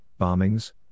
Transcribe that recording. bombings